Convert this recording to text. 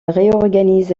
réorganise